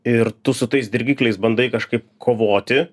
ir tu su tais dirgikliais bandai kažkaip kovoti